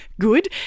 good